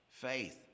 Faith